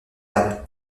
herbe